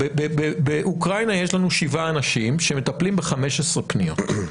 באוקראינה יש לנו שבעה אנשים שמטפלים ב-15 פניות.